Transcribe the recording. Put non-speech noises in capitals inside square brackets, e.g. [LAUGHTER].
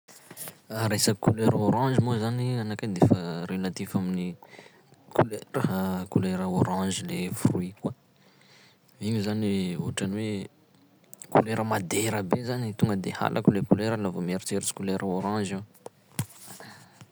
[HESITATION] Resaky kolera orange moa zany gn'anakay de fa relatif amin'ny couleu- [NOISE] [HESITATION] kolera orange le fruit koa, igny zany ohatran'ny hoe kolera madera be zany e, tonga de halako le kolera laha vao mieritseritsy kolera orange aho.